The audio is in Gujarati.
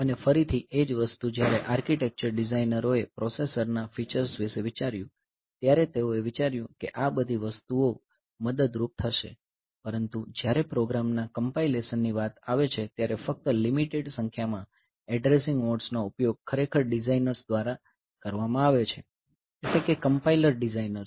અને ફરીથી એ જ વસ્તુ જ્યારે આર્કિટેક્ચર ડિઝાઇનરોએ પ્રોસેસરના ફીચર્સ વિશે વિચાર્યું ત્યારે તેઓએ વિચાર્યું કે આ બધી વસ્તુઓ મદદરૂપ થશે પરંતુ જ્યારે પ્રોગ્રામના કંપાઈલેશન ની વાત આવે છે ત્યારે ફક્ત લિમિટેડ સંખ્યામાં એડ્રેસિંગ મોડ્સ નો ઉપયોગ ખરેખર ડિઝાઇનર્સ દ્વારા કરવામાં આવે છે એટલે કે કમ્પાઇલર ડિઝાઇનર્સ